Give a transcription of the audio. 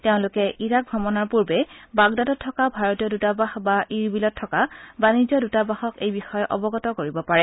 তেওঁলোকে ইৰাক ভ্ৰমনৰ পূৰ্বে বাগদাদত থকা ভাৰতীয় দুতাবাস বা ইৰবিলত থকা বাণিজ্য দুতাবাসক এই বিষয়ে অৱগত কৰিব পাৰে